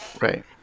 Right